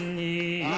the